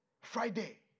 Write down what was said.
Friday